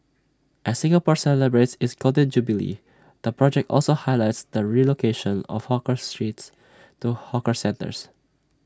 as Singapore celebrates its Golden Jubilee the project also highlights the relocation of hawkers streets to hawker centres